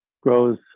grows